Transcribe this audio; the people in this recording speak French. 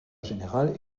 général